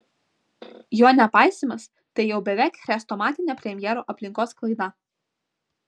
jo nepaisymas tai jau beveik chrestomatinė premjero aplinkos klaida